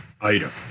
item